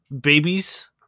babies